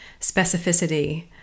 specificity